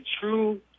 true